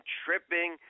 tripping